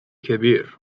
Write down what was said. كبير